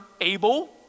able